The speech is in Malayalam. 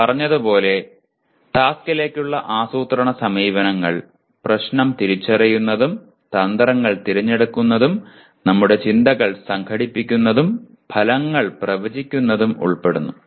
നാം പറഞ്ഞതുപോലെ ടാസ്ക്കിലേക്കുള്ള ആസൂത്രണ സമീപനങ്ങൾ പ്രശ്നം തിരിച്ചറിയുന്നതും തന്ത്രങ്ങൾ തിരഞ്ഞെടുക്കുന്നതും നമ്മുടെ ചിന്തകൾ സംഘടിപ്പിക്കുന്നതും ഫലങ്ങൾ പ്രവചിക്കുന്നതും ഉൾപ്പെടുന്നു